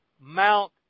Mount